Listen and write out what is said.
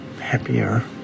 happier